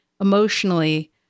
emotionally